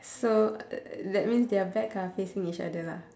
so uh that means their back are facing each other lah